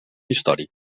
històric